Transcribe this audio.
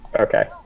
Okay